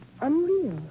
Unreal